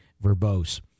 verbose